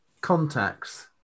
contacts